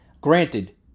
Granted